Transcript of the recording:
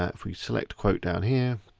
ah if we select quote down here,